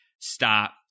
stop